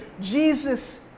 Jesus